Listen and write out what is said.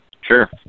Sure